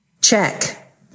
check